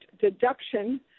deduction